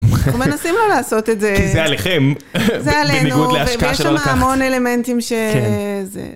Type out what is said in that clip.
אנחנו מנסים לא לעשות את זה, כי זה עליכם, זה עלינו ויש המון אלמנטים שזה.